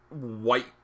white